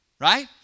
Right